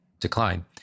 decline